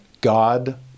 God